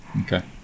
okay